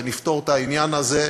ונפתור את העניין הזה,